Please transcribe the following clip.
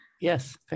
Yes